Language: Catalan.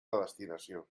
destinació